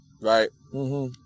right